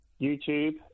YouTube